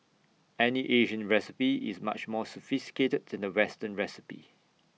any Asian recipe is much more sophisticated to the western recipe